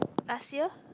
last year